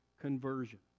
conversion